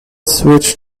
switch